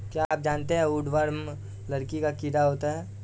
क्या आप जानते है वुडवर्म लकड़ी का कीड़ा होता है?